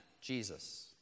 Jesus